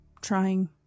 trying